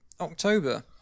October